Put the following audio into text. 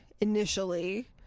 initially